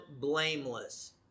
blameless